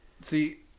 See